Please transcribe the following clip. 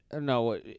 No